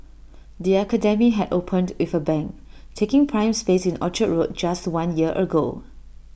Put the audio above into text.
the academy had opened with A bang taking prime space in Orchard road just one year ago